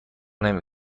نمی